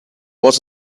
was